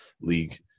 league